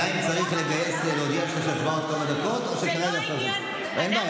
אם צריך לגייס להצבעות כל כמה דקות, אני לא יודע